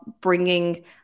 bringing